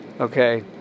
okay